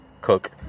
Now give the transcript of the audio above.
cook